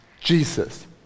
Jesus